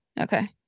Okay